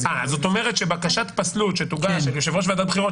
--- זאת אומרת שערעור על בקשת פסלות שתוגש ליושב-ראש ועדת הבחירות,